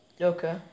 okay